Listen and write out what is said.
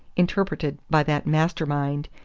interpreted by that master mind,